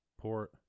port